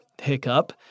hiccup